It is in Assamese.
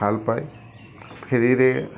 ভাল পায় ফেৰীৰে